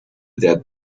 that